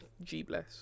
G-bless